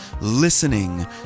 listening